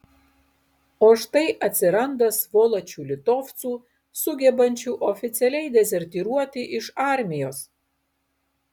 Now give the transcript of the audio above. o štai atsiranda svoločių litovcų sugebančių oficialiai dezertyruoti iš armijos